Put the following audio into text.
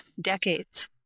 decades